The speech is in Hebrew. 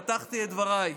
פתחתי את דבריי,